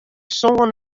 sân